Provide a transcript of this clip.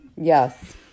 Yes